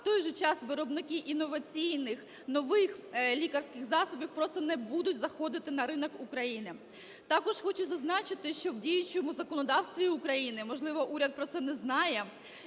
в той же час виробники інноваційних, нових лікарських засобів просто не будуть заходити на ринок України. Також хочу зазначити, що в діючому законодавстві України, можливо, уряд про це не знає,